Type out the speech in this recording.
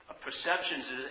perceptions